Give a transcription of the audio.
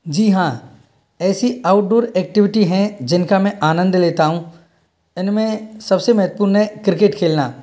जी हाँ ऐसी outdoor activity हैं जिनका मैं आनंद लेता हूँ इनमें सबसे महत्वपूर्ण है क्रिकेट खेलना